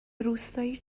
روستایی